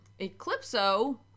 Eclipso